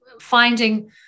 finding